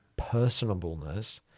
personableness